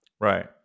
right